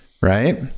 right